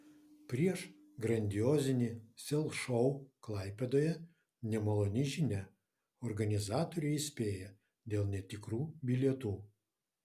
prieš grandiozinį sel šou klaipėdoje nemaloni žinia organizatoriai įspėja dėl netikrų bilietų